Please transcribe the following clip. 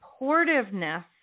supportiveness